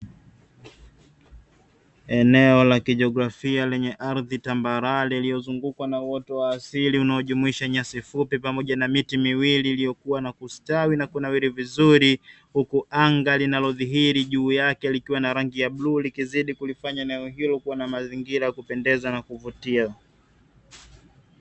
Eneo la kijografia lenye ardhi tambarare, iliyozungukwa na uoto wa asili unaojumuisha nyasi fupi pamoja na miti miwili iliyokuwa na kustawi na kunawiri vizuri, huku anga linalodhihiri juu yake likiwa na rangi ya blue likizidi kulifanya eneo hilo kuwa na mazingira ya kupendeza na kuvutia.